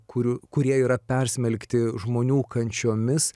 kurių kurie yra persmelkti žmonių kančiomis